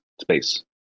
space